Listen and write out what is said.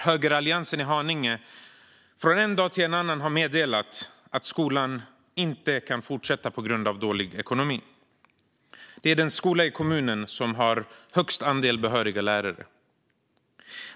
Högeralliansen i Haninge har från en dag till en annan meddelat att skolan inte kan fortsätta att drivas på grund av dålig ekonomi. Detta är den skola i kommunen som har högst andel behöriga lärare.